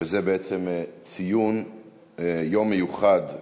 וזה בעצם ציון יום מיוחד,